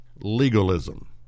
legalism